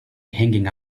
hanging